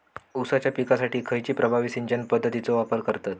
ऊसाच्या पिकासाठी खैयची प्रभावी सिंचन पद्धताचो वापर करतत?